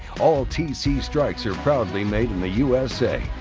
all tc strikes are proudly made in the usa,